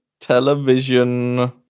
Television